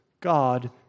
God